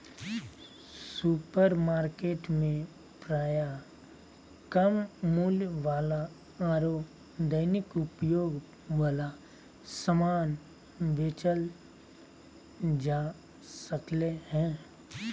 supermarket में प्रायः कम मूल्य वाला आरो दैनिक उपयोग वाला समान बेचल जा सक्ले हें